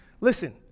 Listen